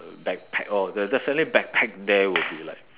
backpack oh def~ definitely backpack there will be like